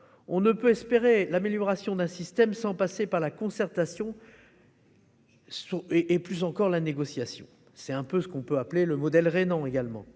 On ne peut espérer l'amélioration d'un système sans passer par la concertation et, plus encore, la négociation- c'est ce qu'on peut appeler le modèle rhénan.